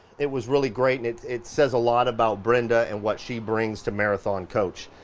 it was really great, and it it says a lot about brenda and what she brings to marathon coach,